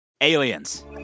Aliens